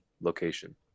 location